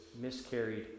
miscarried